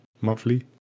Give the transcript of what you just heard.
monthly